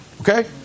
okay